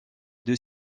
deux